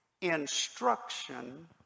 instruction